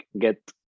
get